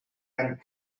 and